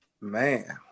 Man